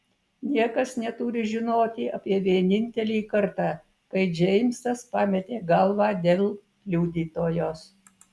niekas neturi žinoti apie vienintelį kartą kai džeimsas pametė galvą dėl liudytojos